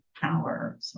power